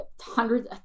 hundreds